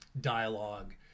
dialogue